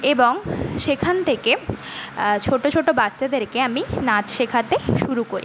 এবং সেখান থেকে ছোটো ছোটো বাচ্চাদেরকে আমি নাচ শেখাতে শুরু করি